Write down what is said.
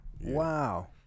Wow